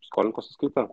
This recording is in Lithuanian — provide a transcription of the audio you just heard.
skolininko sąskaita